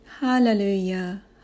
Hallelujah